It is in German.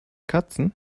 katzen